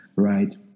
Right